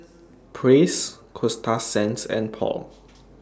Praise Coasta Sands and Paul